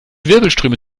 wirbelströme